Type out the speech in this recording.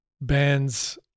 bands